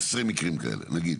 20 מקרים כאלה, נגיד,